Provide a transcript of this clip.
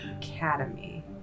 Academy